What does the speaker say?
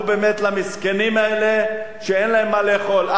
באמת למסכנים האלה שאין להם מה לאכול.